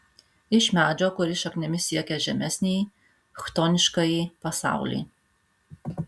iš medžio kuris šaknimis siekia žemesnįjį chtoniškąjį pasaulį